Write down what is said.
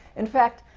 in fact,